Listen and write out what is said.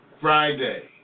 Friday